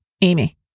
Amy